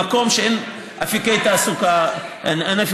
במקום שבו אין אפיקי תעסוקה אחרים.